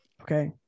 Okay